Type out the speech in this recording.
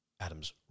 Adam's